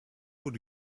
would